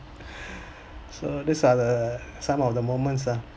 so those are the some of the moments ah